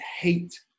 hate